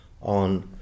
on